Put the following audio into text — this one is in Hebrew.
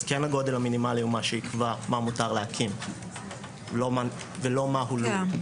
אז הגודל המינימלי הוא מה שיקבע מה מותר להקים ולא מה הוא לא יהיה.